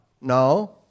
No